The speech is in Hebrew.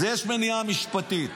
יש מניעה משפטית.